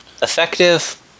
effective